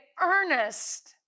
earnest